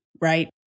right